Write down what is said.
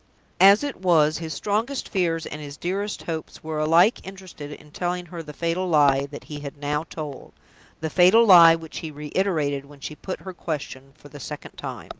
as it was, his strongest fears and his dearest hopes were alike interested in telling her the fatal lie that he had now told the fatal lie which he reiterated when she put her question for the second time.